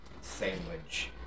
Sandwich